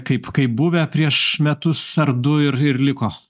kaip kaip buvę prieš metus ar du ir ir liko